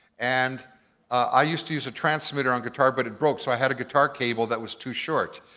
and i used to use a transmitter on guitar but it broke so i had a guitar cable that was too short.